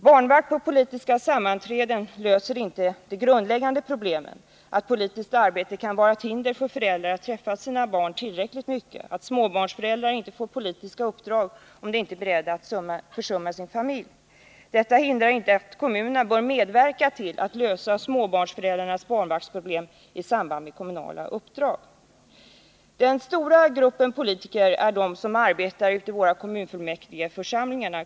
Barnvakt i samband med politiska sammanträden löser inte de grundläggande problemen: att politiskt arbete kan vara ett hinder för föräldrar att träffa sina barn tillräckligt mycket, att småbarnsföräldrar inte får politiska uppdrag om de inte är beredda att försumma sin familj. Detta hindrar inte att kommunerna bör medverka till att lösa småbarnsföräldrarnas barnvaktsproblem i samband med kommunala uppdrag. Den stora gruppen politiker är de som arbetar i våra kommunfullmäktigeförsamlingar.